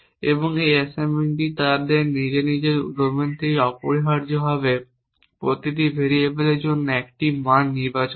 এবং এই অ্যাসাইনমেন্টটি তাদের নিজ নিজ ডোমেন থেকে অপরিহার্যভাবে প্রতিটি ভেরিয়েবলের জন্য 1 টি মান নির্বাচন করে